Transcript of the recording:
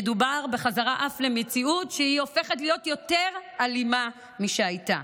מדובר בחזרה למציאות שאף הופכת להיות יותר אלימה משהייתה.